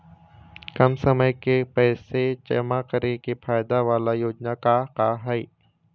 कम समय के पैसे जमा करे के फायदा वाला योजना का का हे?